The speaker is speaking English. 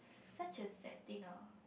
such a sad thing orh